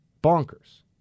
bonkers